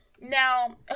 Now